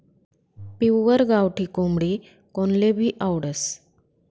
pure गावठी कोंबडी कोनलेभी आवडस